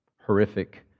horrific